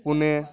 Pune